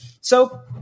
so-